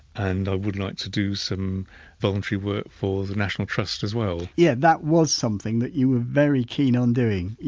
and i would like to do some voluntary work for the national trust as well yeah, that was something that you were very keen on doing.